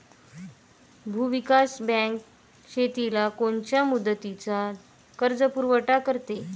भूविकास बँक शेतीला कोनच्या मुदतीचा कर्जपुरवठा करते?